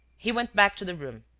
he went back to the room,